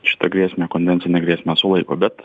šitą grėsmę konvencinę grėsmę sulaiko bet